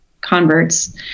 converts